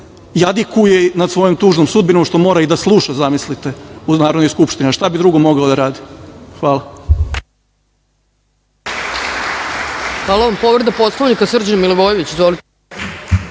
nam jadikuje nad svojom tužnom sudbinom, što mora i da sluša, zamislite, u Narodnoj skupštini. Šta bi drugo mogao da radi? Hvala.